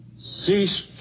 Cease